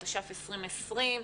התש"ף-2020.